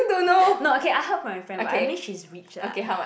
no okay I heard from my friend but I mean she's rich lah